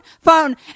phone